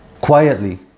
quietly